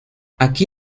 aquí